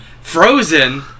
frozen